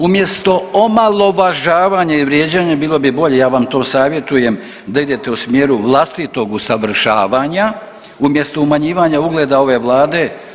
Umjesto omalovažavanja i vrijeđanja bilo bi bolje, ja vam to savjetujem da idete u smjeru vlastitog usavršavanja umjesto umanjivanja ugleda ove vlade.